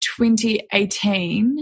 2018